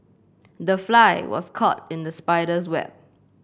the fly was caught in the spider's web